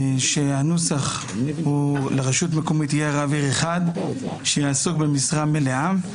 הנוסח הוא "לרשות מקומית יהיה רב עיר אחד שיועסק במשרה מלאה".